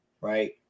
right